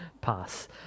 Pass